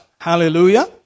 Hallelujah